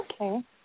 Okay